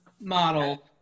model